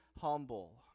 humble